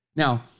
Now